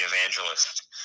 evangelist